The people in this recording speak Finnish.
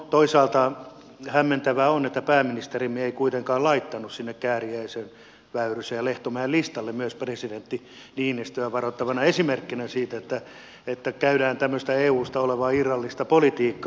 toisaalta hämmentävää on että pääministerimme ei kuitenkaan laittanut sinne kääriäisen väyrysen ja lehtomäen listalle myös presidentti niinistöä varoittavana esimerkkinä siitä että käydään tämmöistä eusta irrallaan olevaa politiikkaa